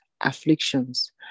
afflictions